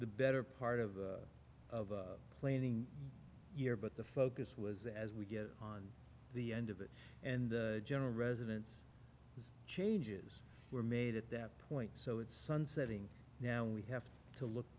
the better part of of planing year but the focus was as we get on the end of it and general residence the changes were made at that point so it's sunsetting now we have to look